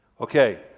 Okay